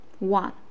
One